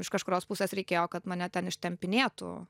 iš kažkurios pusės reikėjo kad mane ten ištempinėtų